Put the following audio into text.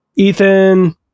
Ethan